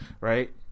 right